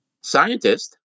Scientist